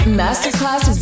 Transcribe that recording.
masterclass